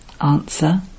Answer